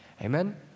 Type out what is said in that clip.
Amen